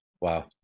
Wow